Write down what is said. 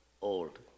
old